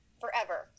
forever